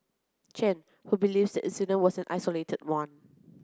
Chen who believes incident was an isolated one